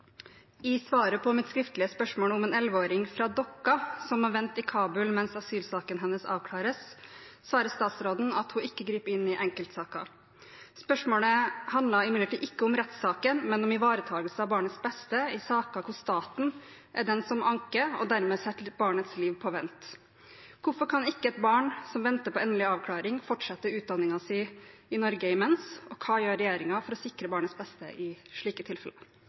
Dokka som må vente i Kabul mens asylsaken avklares, svarer statsråden at hun ikke griper inn i enkeltsaker. Spørsmålet handlet imidlertid ikke om rettssaken, men om ivaretakelse av barnets beste i saker hvor staten er den som anker, og dermed setter barnets liv på vent. Hvorfor kan ikke et barn som venter på endelig avklaring, fortsette utdanningen sin i Norge imens, og hva gjør regjeringen for å sikre barnets beste i slike tilfeller?»